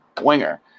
winger